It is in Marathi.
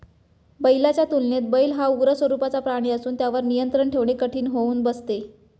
बैलाच्या तुलनेत बैल हा उग्र स्वरूपाचा प्राणी असून त्यावर नियंत्रण ठेवणे कठीण होऊन बसते